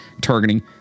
targeting